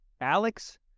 Alex